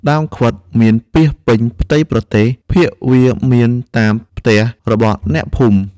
ដើមខ្វិតមានពាសពេញផ្ទៃប្រទេស ភាគវាមានតាមផ្ទះរបស់អ្នកភូមិ។